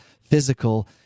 physical